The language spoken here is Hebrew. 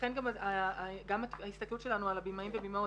לכן גם ההסתכלות שלנו על הבימאים ובימאיות,